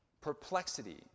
perplexity